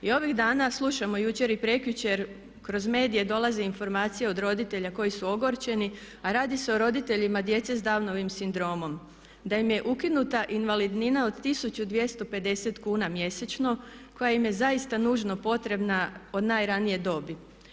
Ovih dana slušamo jučer i prekjučer kroz medije dolaze informacije od roditelja koji su ogorčeni, a radi se o roditeljima djece s downovim sindromom, da im je ukinuta invalidnina od 1250 kn mjesečno koja im je zaista nužno potrebna od najranije dobi.